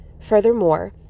Furthermore